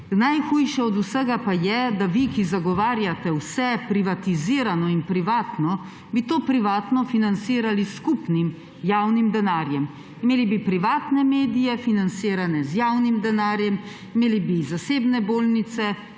Najhujše od vsega pa je, da bi vi, ki zagovarjate vse privatizirano in privatno, to privatno financirali s skupnim javnim denarjem. Imeli bi privatne medije, financirane z javnim denarjem, imeli bi zasebne bolnice,